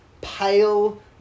pale